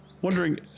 wondering